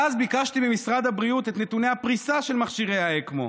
ואז ביקשתי ממשרד הבריאות את נתוני הפריסה של מכשירי האקמו.